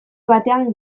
batean